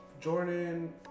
Jordan